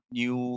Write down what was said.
new